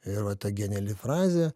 ir va ta geniali frazė